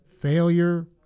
failure